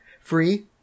free